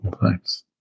Thanks